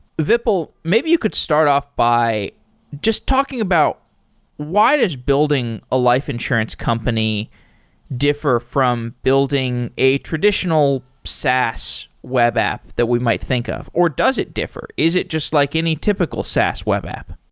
vipul, maybe you could start off by just talking about why does building a life insurance company differ from building a traditional saas web app that we might think of, or does it differ? is it just like any typical saas web app?